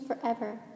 forever